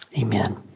Amen